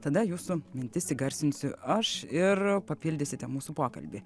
tada jūsų mintis įgarsinsiu aš ir papildysite mūsų pokalbį